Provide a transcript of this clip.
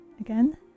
Again